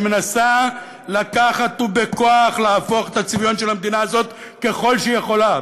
שמנסה לקחת ובכוח להפוך את הצביון של המדינה הזאת ככל שהיא יכולה,